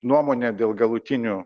nuomonė dėl galutinių